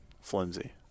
flimsy